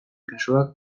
kasuak